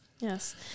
Yes